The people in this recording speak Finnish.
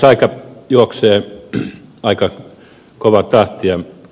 aika juoksee aika kovaa tahtia